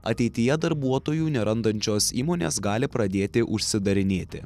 ateityje darbuotojų nerandančios įmonės gali pradėti užsidarinėti